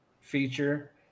feature